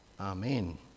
Amen